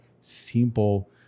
simple